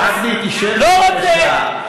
די,